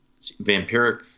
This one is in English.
vampiric